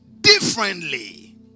differently